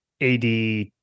ad